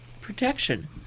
protection